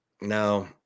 No